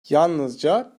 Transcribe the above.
yalnızca